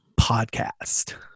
podcast